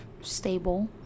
stable